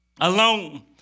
alone